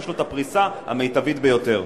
שיש לו הפריסה המיטבית ביותר.